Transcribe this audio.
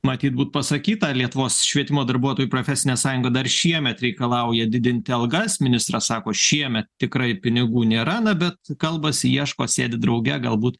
matyt būt pasakyta lietuvos švietimo darbuotojų profesinė sąjunga dar šiemet reikalauja didinti algas ministras sako šiemet tikrai pinigų nėra na bet kalbasi ieško sėdi drauge galbūt